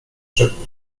rzekł